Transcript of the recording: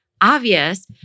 obvious